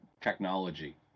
technology